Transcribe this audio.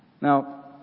Now